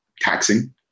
taxing